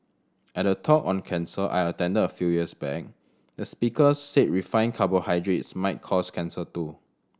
at a talk on cancer I attended a few years back the speaker said refined carbohydrates might cause cancer too